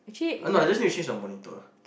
oh no I just need to change the monitor